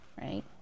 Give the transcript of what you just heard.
Right